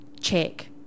Check